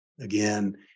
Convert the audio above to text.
Again